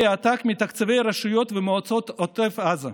עתק מתקציב רשויות ומועצות בעוטף עזה.